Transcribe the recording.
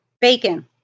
bacon